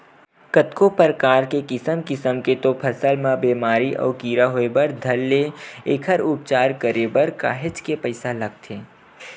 कतको परकार के किसम किसम के तो फसल म बेमारी अउ कीरा होय बर धर ले एखर उपचार करे बर काहेच के पइसा लगथे